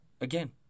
again